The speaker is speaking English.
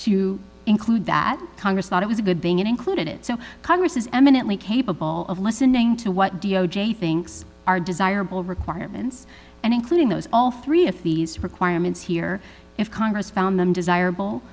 to include that congress thought it was a good thing it included it so congress is eminently capable of listening to what d o j thinks are desirable requirements and including those all three if the requirements here if congress found them desirable